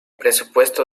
presupuesto